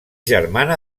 germana